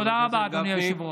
תודה רבה, אדוני היושב-ראש.